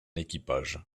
équipage